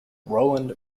roland